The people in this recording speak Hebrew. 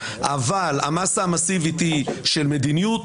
אבל המסה המסיבית היא של מדיניות,